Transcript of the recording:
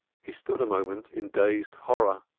he stood a moment in dazed horror,